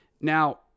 now